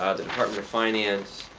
the department of finance,